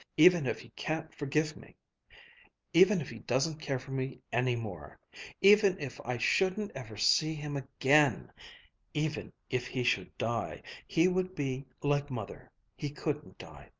even if he can't forgive me even if he doesn't care for me any more even if i shouldn't ever see him again even if he should die he would be like mother, he couldn't die,